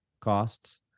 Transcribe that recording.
costs